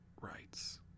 rights